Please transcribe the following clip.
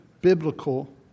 biblical